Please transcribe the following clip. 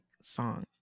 song